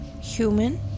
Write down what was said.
Human